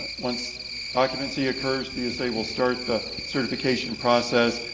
once occupancy occurs, dsa will start the certification process.